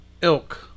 ilk